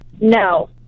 No